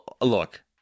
look